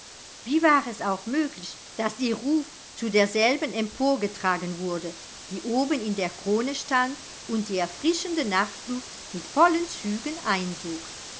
wie war es auch möglich daß ihr ruf zu derselben emporgetragen wurde die oben in der krone stand und die erfrischende nachtluft mit vollen zügen einsog